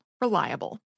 reliable